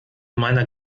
meiner